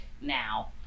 now